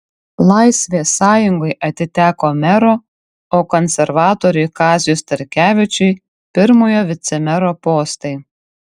laisvės sąjungai atiteko mero o konservatoriui kaziui starkevičiui pirmojo vicemero postai